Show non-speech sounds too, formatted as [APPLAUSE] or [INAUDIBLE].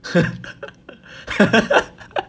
[LAUGHS]